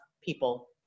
people